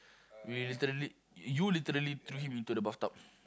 we literally you literally threw him into the bathtub